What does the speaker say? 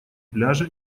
пляжа